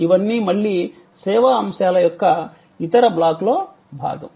ఇవన్నీ మళ్ళీ సేవా అంశాల యొక్క ఇతర బ్లాక్లో భాగం